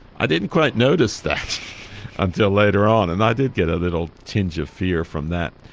i didn't quite notice that until later on and i did get a little tinge of fear from that,